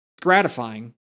gratifying